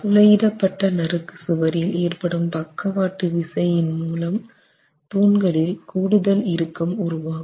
துளையிடப்பட்ட நறுக்கு சுவரில் ஏற்படும் பக்கவாட்டு விசையின் மூலம் தூண்களில் கூடுதல் இறுக்கம் உருவாகும்